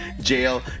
jail